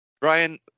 Brian